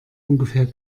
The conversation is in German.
ungefähr